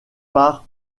par